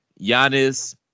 Giannis